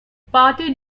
party